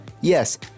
yes